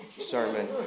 sermon